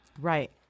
Right